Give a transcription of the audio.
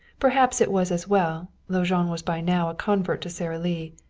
perhaps it was as well, though jean was by now a convert to sara lee.